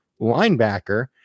linebacker